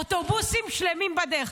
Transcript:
אוטובוסים שלמים בדרך.